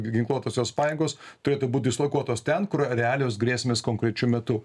g ginkluotosios pajėgos turėtų būt dislokuotos ten kur realios grėsmės konkrečiu metu